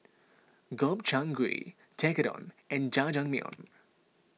Gobchang Gui Tekkadon and Jajangmyeon